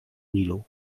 nilu